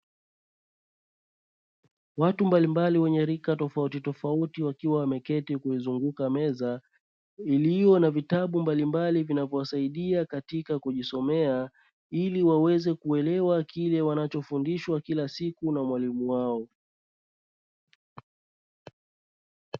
Watu mbalimbali wenye rika tofautitofauti wakiwa wameketi kuzunguka meza iliyo na vitabu mbalimbali viinavyowasaidia kujisomea. Ili waweze kuelewa wanachofundishwa kila siku na mwalimu wao.